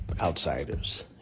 outsiders